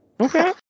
Okay